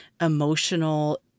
emotional